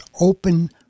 open